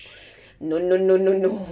no no no no no